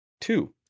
two